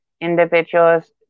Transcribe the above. individuals